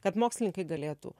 kad mokslininkai galėtų